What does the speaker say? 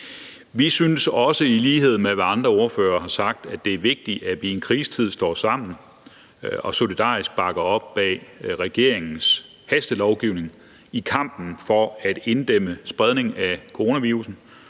andre ordførere har sagt, at det er vigtigt, at vi i en krisetid står sammen og solidarisk bakker op om regeringens hastelovgivning i kampen for at inddæmme spredningen af coronavirussen